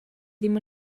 ddim